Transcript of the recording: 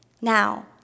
Now